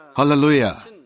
Hallelujah